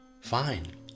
Fine